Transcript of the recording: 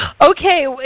Okay